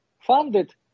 funded